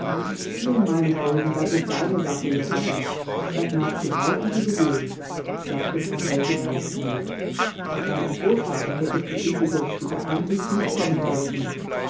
nun meinetwegen das ist deine sache johannes das magst du halten wie du willst sagte frau hellwig eiskalt deinem großvater hättest du übrigens mit der ansicht nicht kommen dürfen